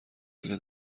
اگه